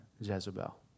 Jezebel